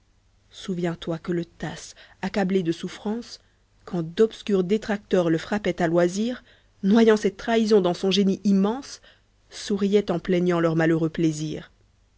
souviens-toi que le tasse accablé de souffrance quand d'obscurs détracteurs le frappaient à loisir noyant ces trahisons dans son génie immense souriait en plaignant leur malheureux plaisir